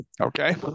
Okay